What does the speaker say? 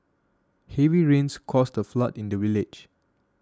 heavy rains caused a flood in the village